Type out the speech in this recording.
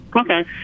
Okay